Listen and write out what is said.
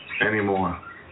anymore